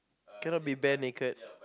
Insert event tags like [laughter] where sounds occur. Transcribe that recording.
[noise] cannot be bare naked [noise]